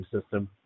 system